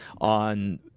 on